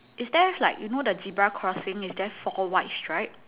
is there like you know the zebra crossing is there four white stripe